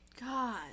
God